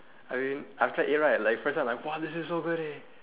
I mean after I eat right like first time I !wah! this is so good eh